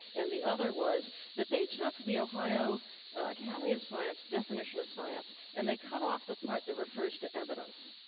and the other was that they took the ohio academy of science definition of science, and they cut off the part that refers to evidence,